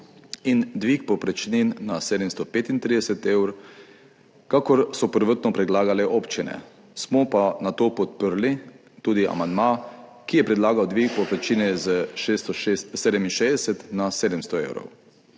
in dvig povprečnin na 735 evrov, kakor so prvotno predlagale občine. Smo pa nato podprli tudi amandma, ki je predlagal dvig povprečnine s 667 na 700 evrov.